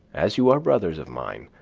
as you are brothers of mine,